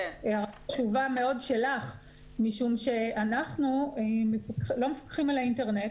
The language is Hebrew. תשובה מאוד --- משום שאנחנו לא מפקחים על האינטרנט,